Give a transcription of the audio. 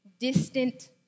distant